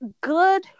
good